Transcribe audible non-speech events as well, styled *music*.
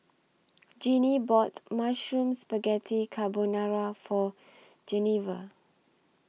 *noise* Jeannie bought Mushroom Spaghetti Carbonara For Genevra